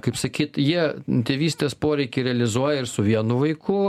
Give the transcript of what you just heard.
kaip sakyt jie tėvystės poreikį realizuoja ir su vienu vaiku o